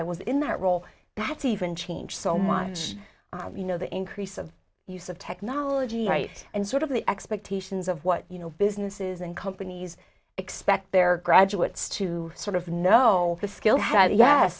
i was in that role that's even changed so much you know the increase of use of technology right and sort of the expectations of what you know businesses and companies expect their graduates to sort of know the skill